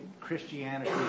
Christianity